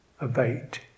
abate